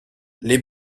les